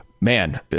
man